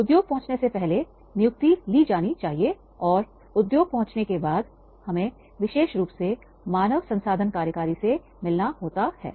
उद्योग पहुंचने से पहले नियुक्ति ली जानी चाहिए और उद्योग पहुंचने के बाद हमें विशेष रूप से मानव संसाधन कार्यकारी से मिलना होता है